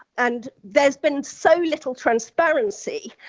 and there's been so little transparency.